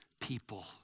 people